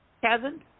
Kevin